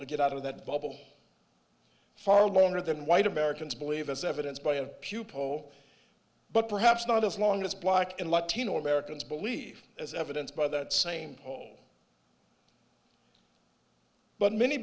to get out of that bubble far longer than white americans believe as evidence by a pew poll but perhaps not as long as black and latino americans believe as evidence by that same poll but many